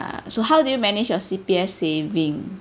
so how do you manage your C_P_F saving